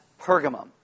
Pergamum